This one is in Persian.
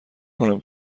کنم